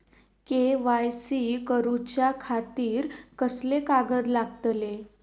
KYC करूच्या खातिर कसले कागद लागतले?